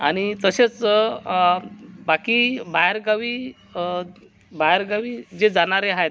आणि तसेच बाकी बाहेरगावी बाहेरगावी जे जाणारे आहेत